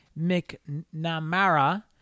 McNamara